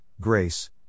Grace